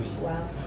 Wow